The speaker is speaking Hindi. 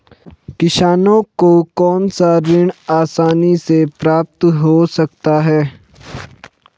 किसानों को कौनसा ऋण आसानी से प्राप्त हो सकता है?